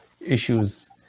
issues